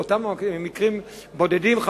באותם מקרים בודדים,